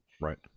Right